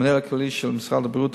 המנהל הכללי של משרד הבריאות,